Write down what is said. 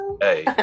Hey